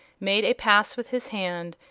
made a pass with his hand,